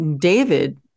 David